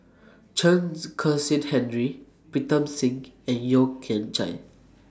Chen Kezhan Henri Pritam Singh and Yeo Kian Chai